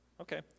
Okay